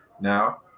Now